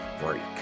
break